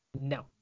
No